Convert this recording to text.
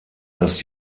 das